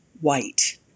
white